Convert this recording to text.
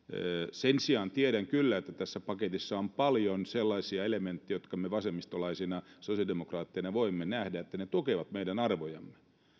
sen sijaan tiedän kyllä että tässä paketissa on paljon sellaisia elementtejä jotka me vasemmistolaisina sosiaalidemokraatteina voimme nähdä tukevan meidän arvojamme